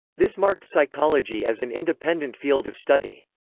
this marked psychology as an independent field of study.